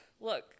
look